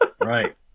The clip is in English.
Right